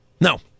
No